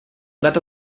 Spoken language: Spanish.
gato